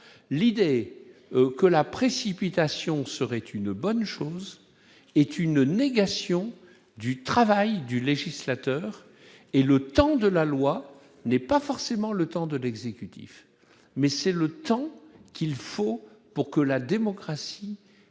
l'idée que la précipitation serait une bonne chose est une négation du travail du législateur et le temps de la loi n'est pas forcément le temps de l'exécutif, mais c'est le temps qu'il faut pour que la démocratie